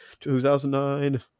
2009